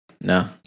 No